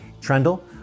Trendle